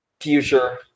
future